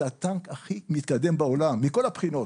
זה הטנק הכי מתקדם בעולם מכל הבחינות.